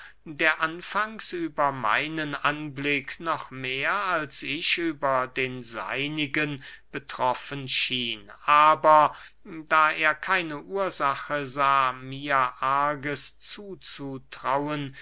der anfangs über meinen anblick noch mehr als ich über den seinigen betroffen schien aber da er keine ursache sah mir arges zuzutrauen